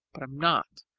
but i'm not.